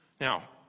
Now